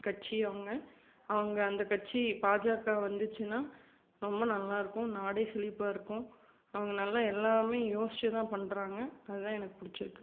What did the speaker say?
கட்சி அவங்க அவங்க அந்த கட்சி பாஜக வந்துச்சுன்னா ரொம்ப நல்லா இருக்கும் நாடே செழிப்பாக இருக்கும் அவங்க நல்ல எல்லாமே யோசித்துதான் பண்ணுறாங்க அதுதான் எனக்கு பிடிச்சிருக்கு